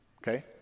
Okay